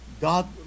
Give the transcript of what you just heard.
God